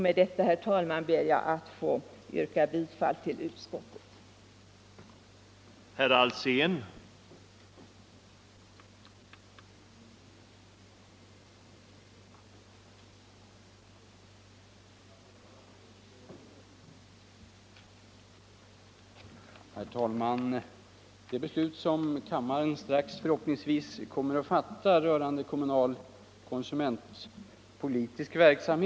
Med detta, herr talman, ber jag att få yrka bifall till utskottets hemställan.